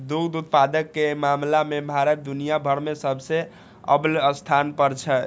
दुग्ध उत्पादन के मामला मे भारत दुनिया भरि मे सबसं अव्वल स्थान पर छै